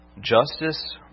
Justice